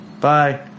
Bye